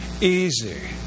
easy